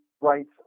rights